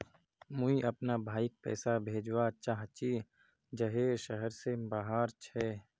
मुई अपना भाईक पैसा भेजवा चहची जहें शहर से बहार छे